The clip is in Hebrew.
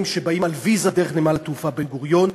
שבאים עם ויזה דרך נמל התעופה בן-גוריון.